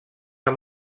amb